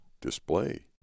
display